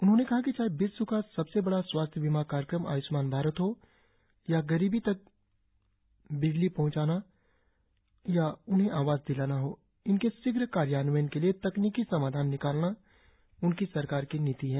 उन्होंने कहा कि चाहे विश्व का सबसे बड़ा स्वास्थ्य बीमा कार्यक्रम आयुष्मान भारत हो या गरीबों तक बिजली पहुंचाना और उन्हें आवास दिलाना हो इनके शीघ्र कार्यान्वयन के लिए तकनीकी समाधान निकालना उनकी सरकार की नीति है